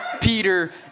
Peter